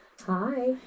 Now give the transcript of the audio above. hi